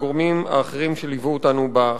הגורמים האחרים שליוו אותנו בחקיקה.